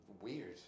weird